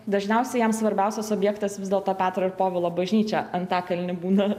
dažniausiai jam svarbiausias objektas vis dėlto petro ir povilo bažnyčia antakalny būna